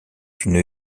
une